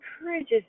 encourages